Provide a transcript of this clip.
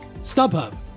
StubHub